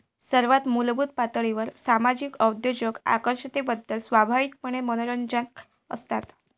सर्वात मूलभूत पातळीवर सामाजिक उद्योजक आकर्षकतेबद्दल स्वाभाविकपणे मनोरंजक असतात